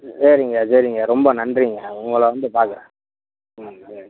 சரிங்க சரிங்க ரொம்ப நன்றிங்க உங்களை வந்து பார்க்கறேன் சரிங்க